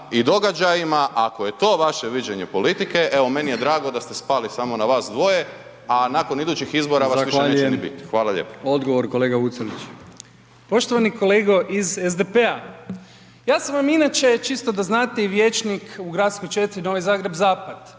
i događajima. Ako je to vaše viđenje politike, evo meni je drago da ste spali samo na vas dvoje a nakon idućih izbora vas više neće ni biti. Hvala lijepo. **Brkić, Milijan (HDZ)** Zahvaljujem. Odgovor, kolega Vucelić. **Vucelić, Damjan (Živi zid)** Poštovani kolega iz SDP-a, ja sam vam inače, čisto da znate i vijećnik u Gradskoj četvrti Novi Zagreb – zapad,